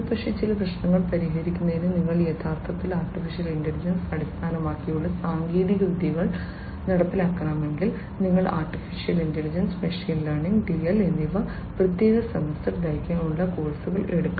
പക്ഷേ ചില പ്രശ്നങ്ങൾ പരിഹരിക്കുന്നതിന് നിങ്ങൾ യഥാർത്ഥത്തിൽ AI അടിസ്ഥാനമാക്കിയുള്ള സാങ്കേതിക വിദ്യകൾ നടപ്പിലാക്കണമെങ്കിൽ നിങ്ങൾ AI ML DL എന്നിവയിൽ പ്രത്യേക സെമസ്റ്റർ ദൈർഘ്യമുള്ള കോഴ്സുകൾ എടുക്കണം